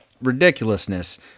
ridiculousness